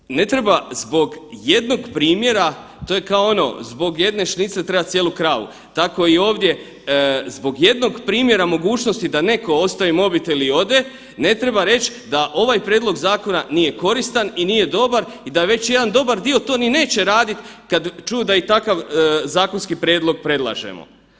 Dakle, ne treba zbog jednog primjera, to je kao ono zbog jedne šnicle treba cijelu kravu, tako i ovdje zbog jednog primjera mogućnosti da neko ostavi mobitel i ode ne treba reć da ovaj prijedlog zakona nije koristan i nije dobar i da već jedan dobar dio to ni neće radit kada čuju da i takav zakonski prijedlog predlažemo.